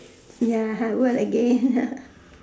ya ha work again